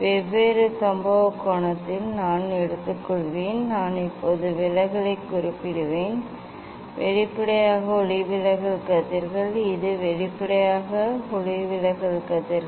வெவ்வேறு சம்பவ கோணத்தில் நான் எடுத்துக்கொள்வேன் நான் இப்போது விலகலைக் குறிப்பிடுவேன் இது வெளிப்படையாக ஒளிவிலகல் கதிர்கள் இது வெளிப்படையாக ஒளிவிலகல் கதிர்கள்